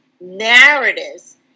narratives